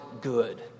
good